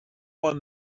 won